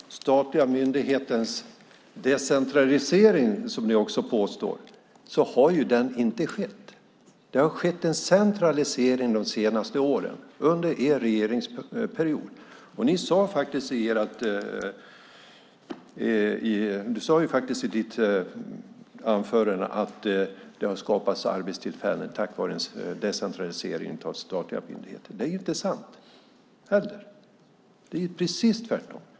Statliga myndigheters decentralisering har inte skett, som ni påstår. Det har skett en centralisering de senaste åren, under er regeringsperiod. Eva Johnsson sade i sitt anförande att det har skapats arbetstillfällen tack vare en decentralisering av statliga myndigheter. Det är inte heller sant. Det är precis tvärtom.